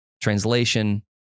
translation